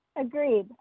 Agreed